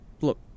Look